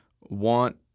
want